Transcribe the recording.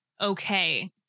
okay